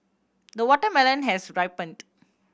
the watermelon has ripened